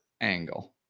angle